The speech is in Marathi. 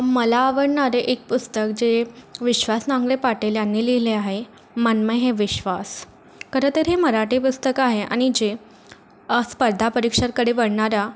मला आवडणारे एक पुस्तक जे विश्वास नांगरे पाटील यांनी लिहिले आहे मन मे है विश्वास खरंतर हे मराठी पुस्तक आहे आणि जे स्पर्धा परीक्षांकडे वळणाऱ्या